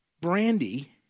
brandy